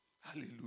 Hallelujah